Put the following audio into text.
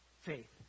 Faith